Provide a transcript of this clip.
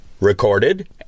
recorded